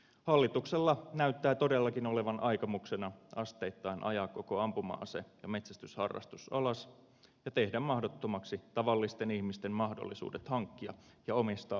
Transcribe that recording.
hallituksella näyttää todellakin olevan aikomuksena asteittain ajaa koko ampuma ase ja metsästyshar rastus alas ja tehdä mahdottomaksi tavallisten ihmisten mahdollisuudet hankkia ja omistaa ampuma aseita